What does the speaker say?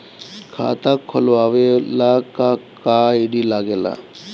खाता खोलवावे ला का का आई.डी लागेला?